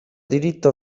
diritto